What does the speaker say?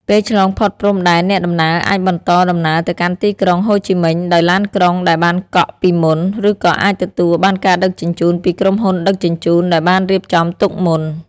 ពេលឆ្លងផុតព្រំដែន អ្នកដំណើរអាចបន្តដំណើរទៅកាន់ទីក្រុងហូជីមិញដោយឡានក្រុងដែលបានកក់ពីមុន ឬក៏អាចទទួលបានការដឹកជញ្ជូនពីក្រុមហ៊ុនដឹកជញ្ជូនដែលបានរៀបចំទុកមុន។